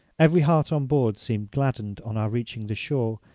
every heart on board seemed gladdened on our reaching the shore,